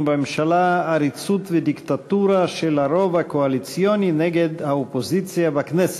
בממשלה: עריצות ודיקטטורה של הרוב הקואליציוני נגד האופוזיציה בכנסת,